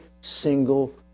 single